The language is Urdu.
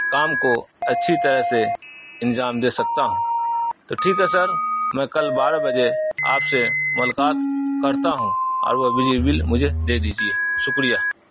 کام کو اچھی طرح سے انجام دے سکتا ہوں تو ٹھیک ہے سر میں کل بارہ بجے آپ سے ملاقات کرتا ہوں اور وہ بجلی بل مجھے دے دیجیے شکریہ